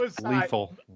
lethal